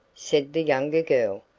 said the younger girl,